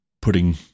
putting